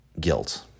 guilt